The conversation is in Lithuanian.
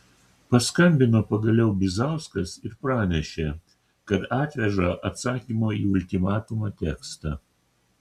paskambino pagaliau bizauskas ir pranešė kad atveža atsakymo į ultimatumą tekstą